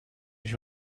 with